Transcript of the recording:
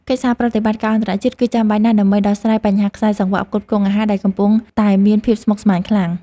កិច្ចសហប្រតិបត្តិការអន្តរជាតិ គឺចាំបាច់ណាស់ដើម្បីដោះស្រាយបញ្ហាខ្សែសង្វាក់ផ្គត់ផ្គង់អាហារដែលកំពុងតែមានភាពស្មុគស្មាញខ្លាំង។